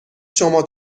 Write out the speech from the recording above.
شما